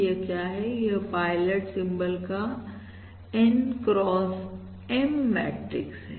यह क्या है यह पायलट सिंबल का एक N x M मैट्रिक्स है